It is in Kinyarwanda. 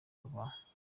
rwa